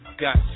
Got